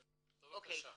אוקיי.